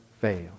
fail